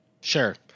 sure